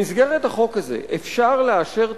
אני יוצא.